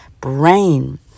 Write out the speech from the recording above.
brain